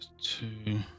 two